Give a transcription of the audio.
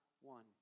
one